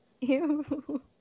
Ew